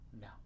no